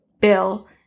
Bill